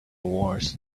wars